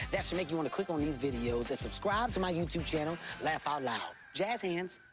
that should make you want to click on these videos and subscribe to my youtube channel, laugh out loud. jazz hands.